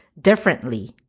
differently